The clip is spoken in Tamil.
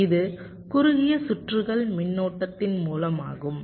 இது குறுகிய சுற்றுகள் மின்னோட்டத்தின் மூலமாகும்